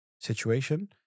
situation